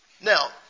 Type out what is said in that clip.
now